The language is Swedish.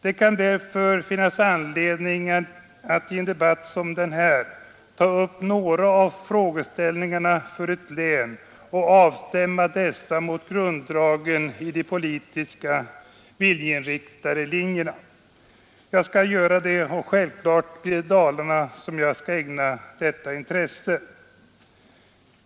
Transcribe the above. Det kan därför finnas anledning att i en debatt ta upp några av frågeställningarna för ett län och stämma av dem mot grunddragen i de politiska, viljeinriktade, linjerna. När jag gör detta blir det självklart Dalarna, som jag ägnar intresse.